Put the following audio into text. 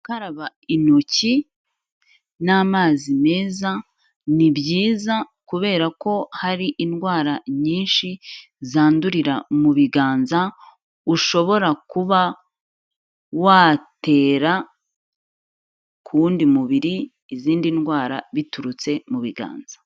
Gukaraba intoki n'amazi meza ni byiza kubera ko hari indwara nyinshi zandurira mu biganza ushobora kuba watera ku wundi mubiri izindi ndwara biturutse mu biganza.